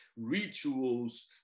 Rituals